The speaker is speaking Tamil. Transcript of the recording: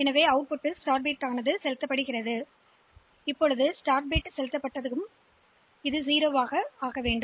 எனவே இந்த பிட் 0 ஆக இருக்க வேண்டும் ஏனெனில் தொடக்க பிட் 0 ஆகவும் இந்த வரி 1 ஆகவும் இருக்க வேண்டும்